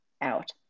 out